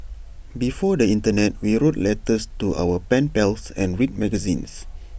before the Internet we wrote letters to our pen pals and read magazines